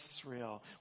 Israel